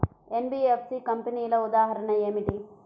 NBFC కంపెనీల ఉదాహరణ ఏమిటి?